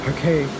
Okay